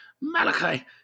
Malachi